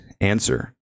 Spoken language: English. answer